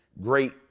great